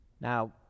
Now